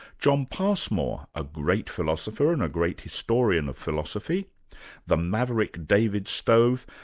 john passmore, a great philosopher and a great historian of philosophy the maverick david stove,